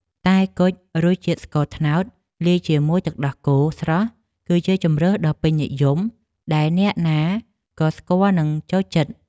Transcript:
តែគុជរសជាតិស្ករត្នោតលាយជាមួយទឹកដោះគោស្រស់គឺជាជម្រើសដ៏ពេញនិយមដែលអ្នកណាក៏ស្គាល់និងចូលចិត្ត។